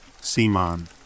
Simon